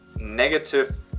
negative